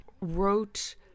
wrote